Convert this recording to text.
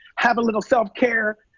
have a little self-care,